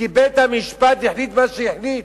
כי בית-המשפט החליט מה שהחליט.